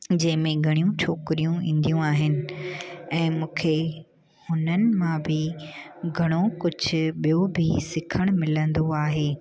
जंहिं में घणियूं छोकरियूं ईंदियूं आहिनि ऐं मूंखे हुननि मां बि घणो कुझु ॿियो बि सिखणु मिलंदो आहे